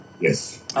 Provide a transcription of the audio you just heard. Yes